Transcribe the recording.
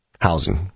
housing